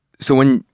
so when,